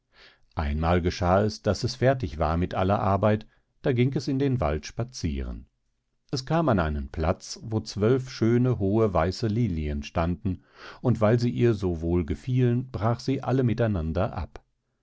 einmal geschah es daß es fertig war mit aller arbeit da ging es in den wald spazieren es kam an einen platz wo zwölf schöne hohe weiße lilien standen und weil sie ihr so wohl gefielen brach sie alle miteinander ab